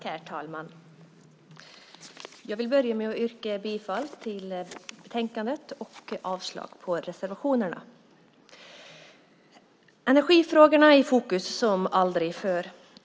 Herr talman! Jag börjar med att yrka bifall till utskottets förslag i betänkandet och avslag på reservationerna. Energifrågorna är nu i fokus som aldrig förr.